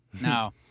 No